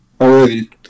already